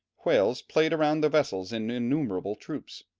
whales played round the vessels in innumerable troops.